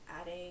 adding